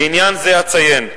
לעניין זה אציין,